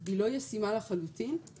היא לא ישימה לחלוטין,